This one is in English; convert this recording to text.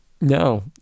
No